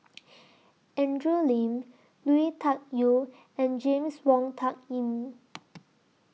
Andrew Lee Lui Tuck Yew and James Wong Tuck Yim